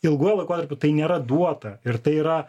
ilguoju laikotarpiu tai nėra duota ir tai yra